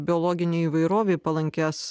biologinei įvairovei palankias